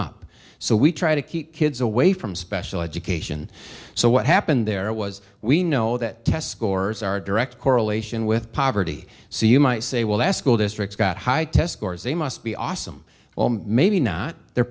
up so we try to keep kids away from special education so what happened there was we know that test scores are a direct correlation with poverty so you might say well that's cool districts got high test scores they must be awesome well maybe not they're